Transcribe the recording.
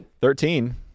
Thirteen